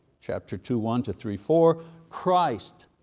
chapter two one to three four christ,